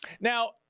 Now